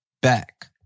back